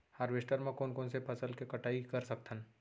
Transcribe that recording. Harvester म कोन कोन से फसल के कटाई कर सकथन?